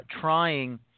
trying